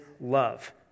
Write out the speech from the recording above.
love